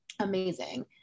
amazing